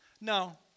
No